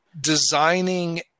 designing